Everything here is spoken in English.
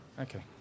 Okay